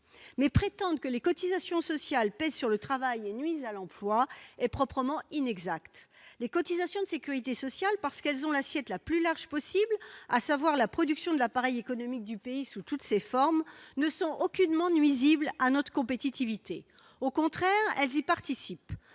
mais prétendre que les cotisations sociales pèsent sur le travail et nuisent à l'emploi est proprement inexact. Les cotisations de sécurité sociale, parce qu'elles ont l'assiette la plus large possible, à savoir la production de l'appareil économique du pays sous toutes ses formes, ne sont aucunement nuisibles à notre compétitivité. Au contraire, elles y participent,